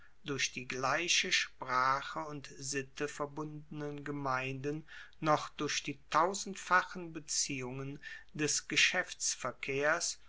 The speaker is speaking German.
durch die gleiche sprache und sitte verbundenen gemeinden noch durch die tausendfachen beziehungen des